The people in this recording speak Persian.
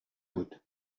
بود